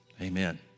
Amen